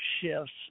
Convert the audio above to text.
shifts